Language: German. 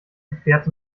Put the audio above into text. gefährt